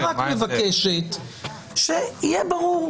אז המשטרה רק מבקשת שיהיה ברור,